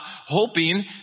hoping